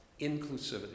inclusivity